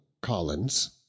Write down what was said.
collins